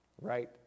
right